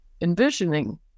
envisioning